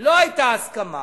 לא היתה הסכמה